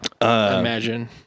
imagine